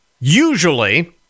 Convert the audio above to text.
Usually